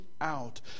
out